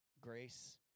Grace